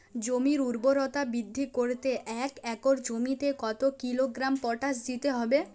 জমির ঊর্বরতা বৃদ্ধি করতে এক একর জমিতে কত কিলোগ্রাম পটাশ দিতে হবে?